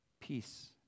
peace